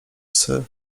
psy